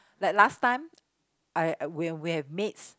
like last time I when we have maids